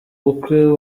bukwe